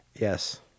Yes